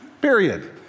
Period